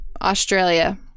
Australia